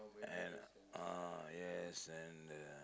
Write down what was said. and ah yes and the